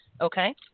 Okay